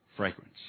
Fragrance